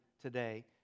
today